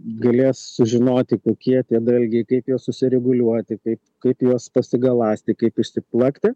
galės sužinoti kokie tie dalgiai kaip juos susireguliuoti kaip kaip juos pasigaląsti kaip išsiplakti